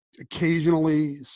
Occasionally